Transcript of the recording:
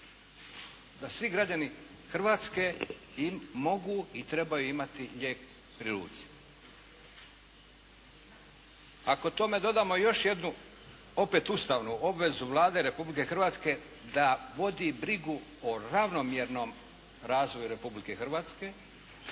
da svi građani Hrvatske mogu i trebaju imati lijek pri ruci. Ako tome dodamo još jednu opet ustavnu obvezu Vlade Republike Hrvatske da vodi brigu o ravnomjernom razvoju Republike Hrvatske